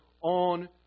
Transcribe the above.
on